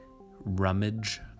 rummage